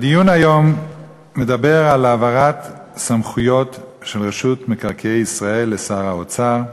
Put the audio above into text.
הדיון היום מדבר על העברת סמכויות של רשות מקרקעי ישראל לשר האוצר.